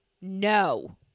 No